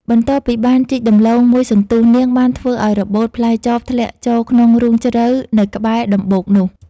បន្ទាប់ពីបានជីកដំឡូងមួយសន្ទុះ នាងបានធ្វើឲ្យរបូតផ្លែចបធ្លាក់ចូលក្នុងរូងជ្រៅនៅក្បែរដំបូកនោះ។